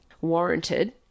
warranted